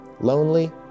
lonely